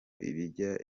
ijya